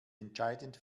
entscheidend